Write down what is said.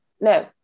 No